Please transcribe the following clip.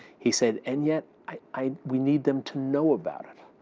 he said, and yet i we need them to know about it.